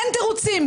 אין תירוצים.